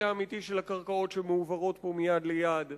האמיתי של הקרקעות שמועברות פה מיד ליד.